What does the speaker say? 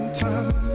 time